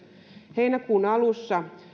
heinäkuun alussa